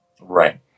Right